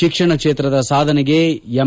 ಶಿಕ್ಷಣ ಕ್ಷೇತ್ರದ ಸಾಧನೆಗೆ ಎಂ